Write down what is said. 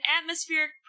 atmospheric